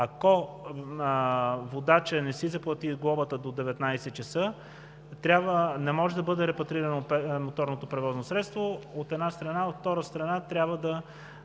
ако водачът не си заплати глобата до 19,00 ч., не може да бъде репатрирано моторното превозно средство, от една страна. От втора страна, трябва да